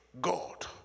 God